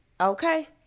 okay